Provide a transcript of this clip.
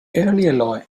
earlier